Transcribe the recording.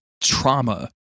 trauma